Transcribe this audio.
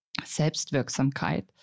Selbstwirksamkeit